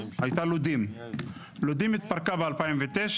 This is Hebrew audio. לודים התפרקה ב-2009.